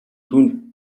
түүнд